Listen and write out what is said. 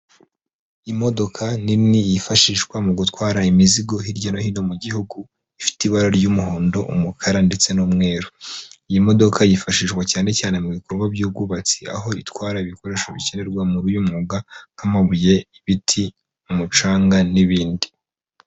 Imodoka nini yifashishwa mu gutwara imizigo hirya no hino mu gihugu ifite ibara ry'umuhondo, umukara ndetse n'umweru, iyi modoka yifashishwa cyane cyane mu bikorwa by'ubwubatsi, aho itwara ibikoresho bikenerwa muri uy'umwuga nk'amabuye, ibiti, umucanga n'ibindi.